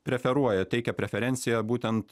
preferuoja teikia preferenciją būtent